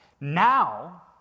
Now